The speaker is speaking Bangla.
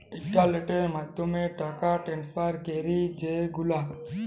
ইলটারলেটের মাধ্যমে টাকা টেনেসফার ক্যরি যে গুলা